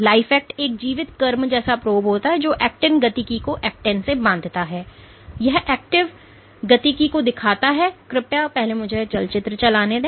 life act एक जीवित कर्म जैसा प्रोब है जो एक्टिन गतिकी को एक्टिन से बांधता है यह एक्टिव गतिकी को दिखाता है कृपया पहले मुझे यह चलचित्र चलाने दें